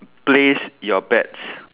place your bets